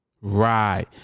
Right